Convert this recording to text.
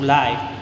life